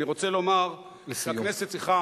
אני רוצה לומר שהכנסת צריכה